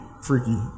freaky